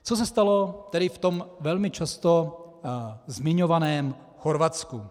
Co se stalo tedy v tom velmi často zmiňovaném Chorvatsku?